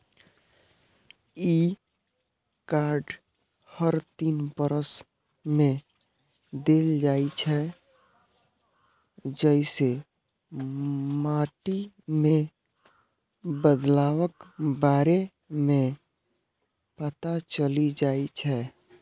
ई card हर तीन वर्ष मे देल जाइ छै, जइसे माटि मे बदलावक बारे मे पता चलि जाइ छै